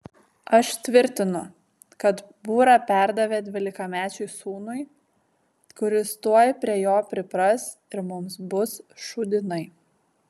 aš tvirtinu kad būrą perdavė dvylikamečiui sūnui kuris tuoj prie jo pripras ir mums bus šūdinai